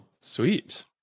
Sweet